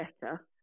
better